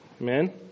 Amen